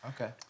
Okay